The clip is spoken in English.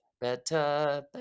Better